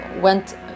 went